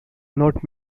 not